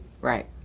Right